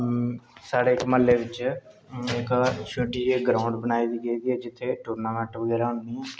साढे़ म्हल्ले बिच्च इक्क छोट्टी जनेही ग्राऊंड बनाई गेदी ऐ जित्थै टूर्नामैंट बगैरा होंदियां न